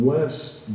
West